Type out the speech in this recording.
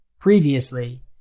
previously